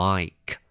Mike